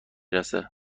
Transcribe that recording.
رسه